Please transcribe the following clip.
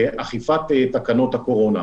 אכיפת תקנות הקורונה.